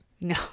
No